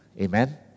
Amen